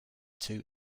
two